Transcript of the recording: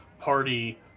party